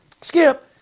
Skip